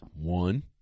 one